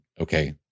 okay